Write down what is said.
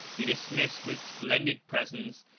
he dismissed, with splendid presents,